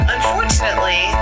Unfortunately